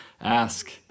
ask